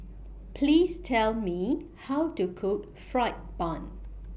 Please Tell Me How to Cook Fried Bun